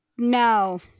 No